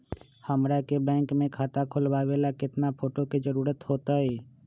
हमरा के बैंक में खाता खोलबाबे ला केतना फोटो के जरूरत होतई?